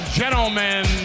gentlemen